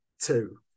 two